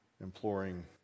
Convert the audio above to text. Imploring